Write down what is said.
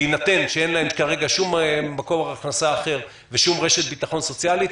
בהינתן שאין להם כרגע שום מקור הכנסה אחר ושום רשת ביטחון סוציאלית,